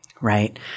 Right